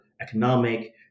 economic